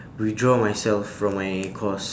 withdraw myself from my course